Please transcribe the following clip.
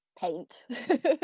paint